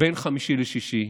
בין חמישי לשישי,